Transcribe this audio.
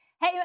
Hey